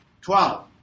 Twelve